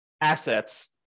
assets